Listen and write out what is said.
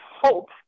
hope